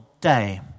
day